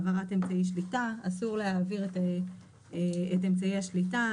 העברת אמצעי שליטה אסור להעביר את אמצעי השליטה,